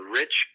rich